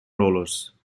rollers